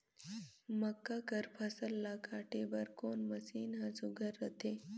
मक्का कर फसल ला काटे बर कोन मशीन ह सुघ्घर रथे?